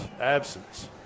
absence